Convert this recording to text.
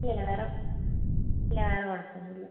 ഇല്ല ഇല്ല വേറെ ഇല്ല വേറെ കുഴപ്പം ഒന്നും ഇല്ല